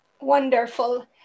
Wonderful